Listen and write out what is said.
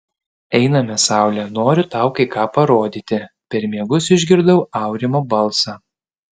einame saule noriu tau kai ką parodyti per miegus išgirdau aurimo balsą